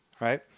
right